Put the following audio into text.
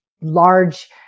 large